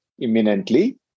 imminently